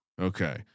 okay